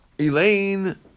Elaine